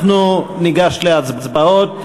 אנחנו ניגש להצבעות.